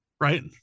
right